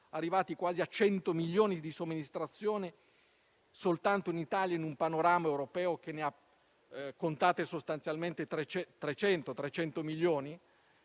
arrivati quasi a 100 milioni di somministrazioni soltanto in Italia in un panorama europeo che ne conta sostanzialmente 300 milioni.